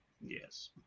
Yes